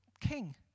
king